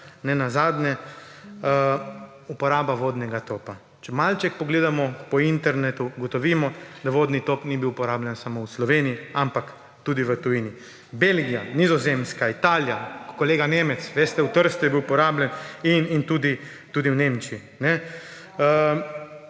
Nenazadnje – uporaba vodnega topa. Če malce pogledamo po internetu, ugotovimo, da vodni top ni bil uporabljen samo v Sloveniji, ampak tudi v tujini: Belgija, Nizozemska, Italija. Kolega Nemec, veste, v Trstu je bil uporabljen in tudi v Nemčiji.